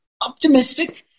optimistic